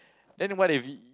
then what if we